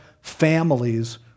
families